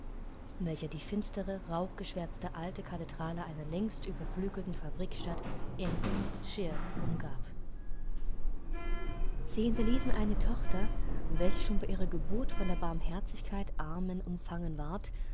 welcher die finstere rauchgeschwärzte alte kathedrale einer längst überflügelten fabrikstadt in shire umgab sie hinterließen eine tochter welche schon bei ihrer geburt von der barmherzigkeit armen umfangen ward